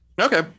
okay